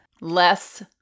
less